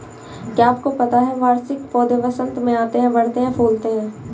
क्या आपको पता है वार्षिक पौधे वसंत में आते हैं, बढ़ते हैं, फूलते हैं?